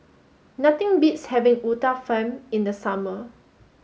nothing beats having Uthapam in the summer